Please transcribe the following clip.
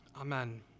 Amen